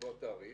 לקבוע תאריך,